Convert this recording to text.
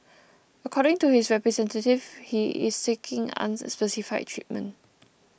according to his representatives he is seeking unspecified treatment